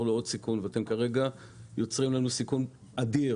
לו עוד סיכון ואתם כרגע יוצרים לנו סיכון אדיר.